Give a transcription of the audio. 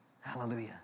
Hallelujah